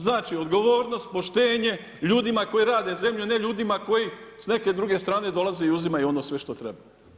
Znači, odgovornost, poštenje, ljudima koji rade zemlju, ne ljudima koji s neke druge strane dolaze i uzimaju ono sve što treba.